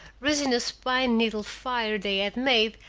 resinous pine-needle fire they had made,